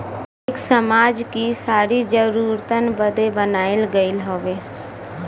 एक समाज कि सारी जरूरतन बदे बनाइल गइल हउवे